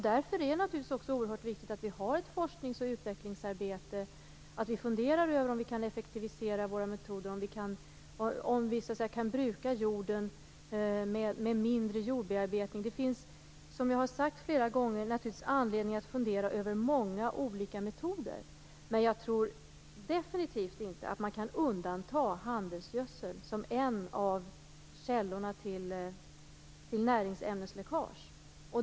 Därför är det naturligtvis oerhört viktigt att det sker ett forsknings och utvecklingsarbete och att vi funderar om vi kan effektivisera våra metoder och kan bruka jorden med mindre jordbearbetning. Som jag har sagt flera gånger, finns det naturligtvis anledning att fundera över många olika metoder, men jag tror definitivt inte att man kan undanta handelsgödsel som en av källorna till näringsämnesläckage.